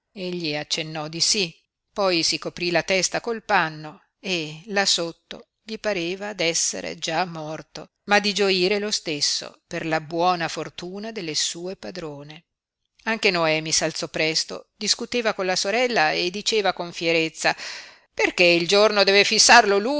contento egli accennò di sí poi si coprí la testa col panno e là sotto gli pareva d'essere già morto ma di gioire lo stesso per la buona fortuna delle sue padrone anche noemi s'alzò presto discuteva con la sorella e diceva con fierezza perché il giorno deve fissarlo